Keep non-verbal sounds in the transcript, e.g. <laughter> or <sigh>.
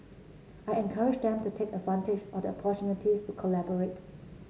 I encourage them to take advantage of the <unintelligible> to collaborate